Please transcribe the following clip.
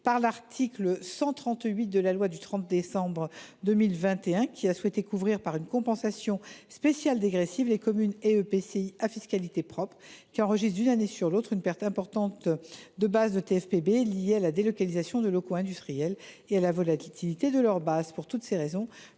par l’article 138 de la loi du 29 décembre 2023, qui a souhaité couvrir par une compensation spéciale dégressive les communes et EPCI à fiscalité propre qui enregistrent d’une année sur l’autre une perte importante de bases de TFPB liée à la délocalisation de locaux industriels et à la volatilité de leurs bases. Pour toutes ces raisons,